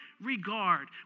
regard